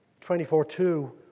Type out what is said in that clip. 24.2